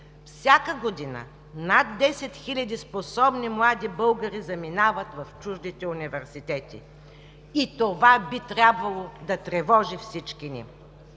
Всяка година над 10 хиляди способни млади българи заминават в чуждите университети. Това би трябвало да тревожи всички ни.